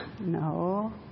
No